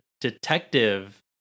detective